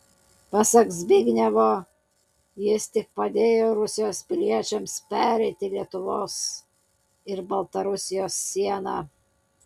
pasak zbignevo jis tik padėjo rusijos piliečiams pereiti lietuvos ir baltarusijos sieną